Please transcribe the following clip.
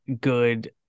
good